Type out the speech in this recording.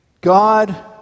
God